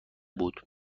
بود